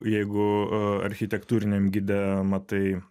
jeigu architektūriniam gide matai